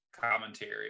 commentary